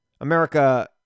America